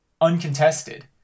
Uncontested